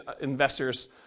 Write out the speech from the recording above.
investors